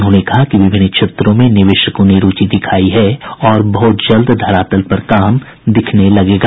उन्होंने कहा कि विभिन्न क्षेत्रों में निवेशकों ने रूचि दिखायी है और बहुत जल्द धरातल पर काम दिखने लगेगा